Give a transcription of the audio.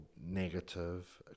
negative